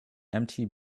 empty